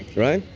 right?